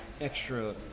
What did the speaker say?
extra